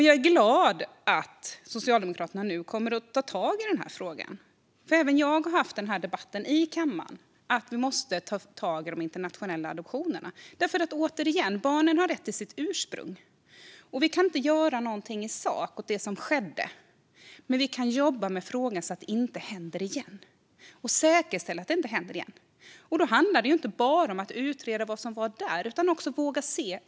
Jag är glad att Socialdemokraterna nu kommer att ta tag i den här frågan, för även jag har fört debatt i den här kammaren om att vi måste ta tag i de internationella adoptionerna. Jag säger det igen: Barnen har rätt till sitt ursprung. Vi kan inte göra något åt det som skedde i sak, men vi kan jobba med frågan så att det inte händer igen. Vi kan säkerställa att det inte händer igen. Då handlar det inte bara om att utreda vad som varit utan också om att våga se.